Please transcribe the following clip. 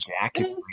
jackets